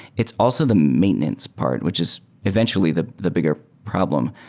it's also the maintenance part, which is eventually the the bigger problem,